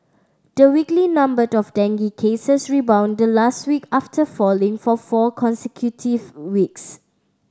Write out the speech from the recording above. the weekly numbered of dengue cases rebounded last week after falling for four consecutive weeks